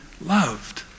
loved